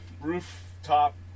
rooftop